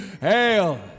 Hail